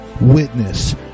witness